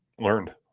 learned